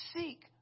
seek